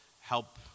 help